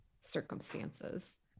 circumstances